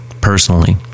personally